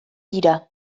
dira